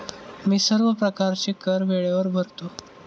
मी सर्व प्रकारचे कर वेळेवर भरतो